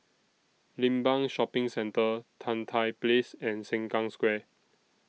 Limbang Shopping Centre Tan Tye Place and Sengkang Square